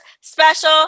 special